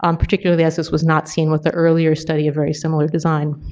um particularly as this was not seen with the earlier study of very similar design.